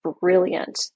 brilliant